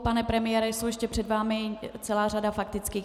Pane premiére, je ještě před vámi celá řada faktických.